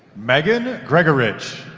megan gregorich